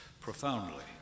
profoundly